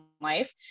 life